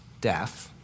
death